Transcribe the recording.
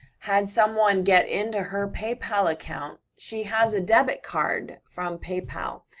had someone get into her paypal account, she has a debit card from paypal,